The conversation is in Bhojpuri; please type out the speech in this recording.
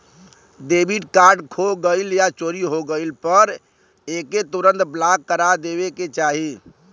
डेबिट कार्ड खो गइल या चोरी हो गइले पर एके तुरंत ब्लॉक करा देवे के चाही